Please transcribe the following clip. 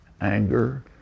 anger